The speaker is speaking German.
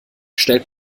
stellt